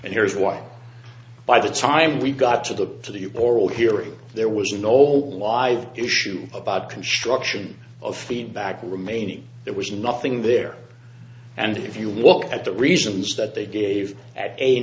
and here's why by the time we got to the to the oral hearing there was an old live issue about construction of feedback remaining it was nothing there and if you look at the reasons that they gave at eighty